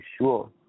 sure